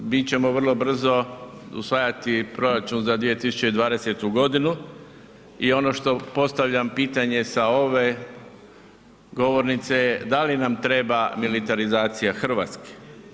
Mi ćemo vrlo brzo usvajati proračun za 2020. g. i ono što postavljam pitanje sa ove govornice je da li nam treba militarizacija Hrvatske.